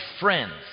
friends